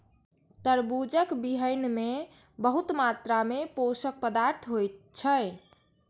तरबूजक बीहनि मे बहुत मात्रा मे पोषक पदार्थ होइ छै